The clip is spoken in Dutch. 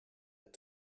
het